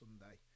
Sunday